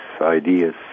ideas